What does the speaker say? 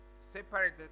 separated